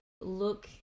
look